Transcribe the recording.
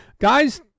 guys